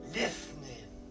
listening